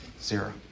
Zero